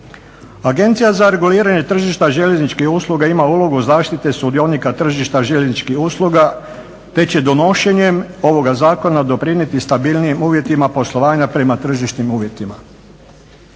Agencija za reguliranje tržišta željezničkih usluga ima ulogu zaštite sudionika tržišta željezničkih usluga te će donošenjem ovoga zakona doprinijeti stabilnijim uvjetima poslovanja prema tržišnim uvjetima.